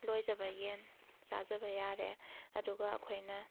ꯂꯣꯏꯖꯕ ꯌꯦꯟ ꯆꯥꯖꯕ ꯌꯥꯔꯦ ꯑꯗꯨꯒ ꯑꯩꯈꯣꯏꯅ